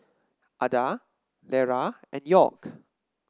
Adah Lera and York